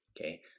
Okay